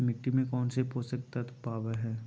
मिट्टी में कौन से पोषक तत्व पावय हैय?